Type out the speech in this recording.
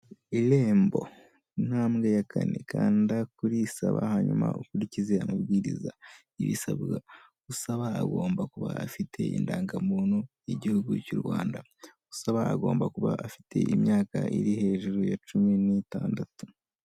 IREMBO intambwe ya kane kanda kuri " saba" hanyuma ukurikize amabwiriza. ibisabwa usaba agomba kuba afite indangamuntu yigihugu cy'u Rwanda, usaba agomba kuba afite imyaka iri hejuru ya cumi n'itandatu.